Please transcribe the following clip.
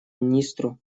министру